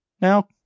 Now